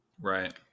right